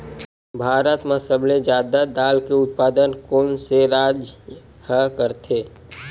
भारत मा सबले जादा दाल के उत्पादन कोन से राज्य हा करथे?